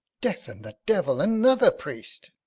death and the devil, another priest.